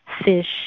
fish